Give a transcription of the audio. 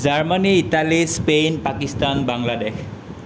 Germany Italy Spain Pakistan Bangladesh